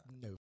No